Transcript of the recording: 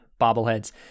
bobbleheads